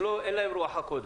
אין להם רוח הקודש.